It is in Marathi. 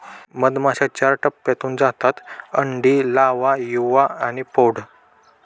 मधमाश्या चार टप्प्यांतून जातात अंडी, लावा, युवा आणि प्रौढ